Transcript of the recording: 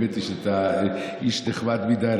היא שאתה איש נחמד מדי.